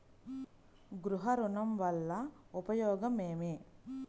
గృహ ఋణం వల్ల ఉపయోగం ఏమి?